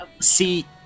See